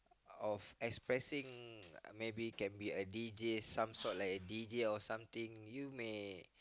of expressing maybe can be a D_J some sort like a D_J or something you may